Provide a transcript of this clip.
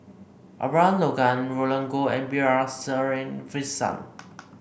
Abraham Logan Roland Goh and B R Sreenivasan